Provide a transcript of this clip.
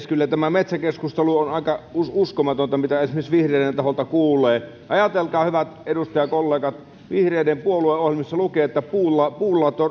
kyllä tämä metsäkeskustelu on aika uskomatonta mitä esimerkiksi vihreiden taholta kuulee ajatelkaa hyvät edustajakollegat vihreiden puolueohjelmassa lukee että puulla puulla